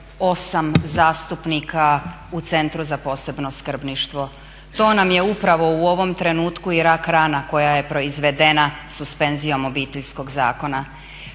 je 8 zastupnika u Centru za posebno skrbništvo. To nam je upravo u ovom trenutku i rak rana koja je proizvedena suspenzijom Obiteljskog zakona.